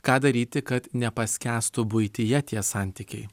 ką daryti kad nepaskęstų buityje tie santykiai